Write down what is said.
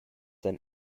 then